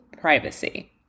privacy